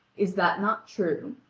is that not true